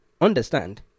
understand